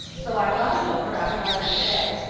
so i thought it over after i went to bed.